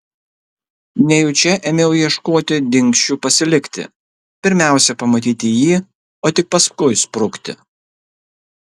nejučia ėmiau ieškoti dingsčių pasilikti pirmiausia pamatyti jį o tik paskui sprukti